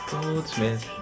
Goldsmith